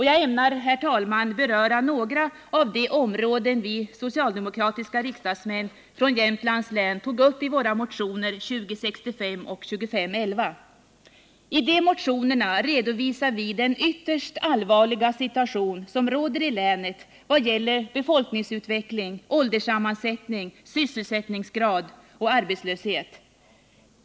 Jag ämnar, herr talman, beröra några av de områden vi socialdemokratiska riksdagsmän från Jämtlands län tog upp i våra motioner nr 2065 och 2511. I de motionerna redovisar vi den ytterst allvarliga situation som råder i länet vad gäller befolkningsutveckling, ålderssammansättning, sysselsättningsgrad och arbetslöshet.